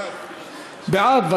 בעד.